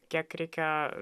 kiek reikia